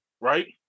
Right